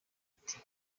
ati